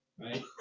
Right